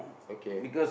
okay